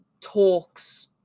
talks